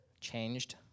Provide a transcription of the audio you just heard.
changed